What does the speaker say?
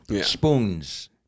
spoons